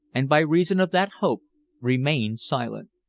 and by reason of that hope remained silent.